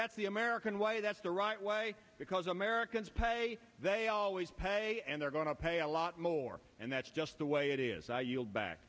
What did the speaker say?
that's the american way that's the right way because americans pay they always pay and they're going to pay a lot more and that's just the way it is i yield back